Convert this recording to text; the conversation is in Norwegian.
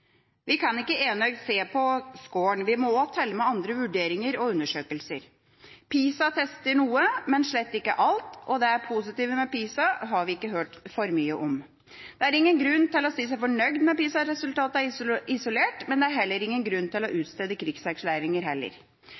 Vi kan ikke enøyd se på skåren. Vi må også telle med andre vurderinger og undersøkelser. PISA tester noe, men slett ikke alt, og det positive med PISA har vi ikke hørt for mye om. Det er ingen grunn til å si seg fornøyd med PISA-resultatene isolert sett, men det er heller ingen grunn til å utstede krigserklæringer.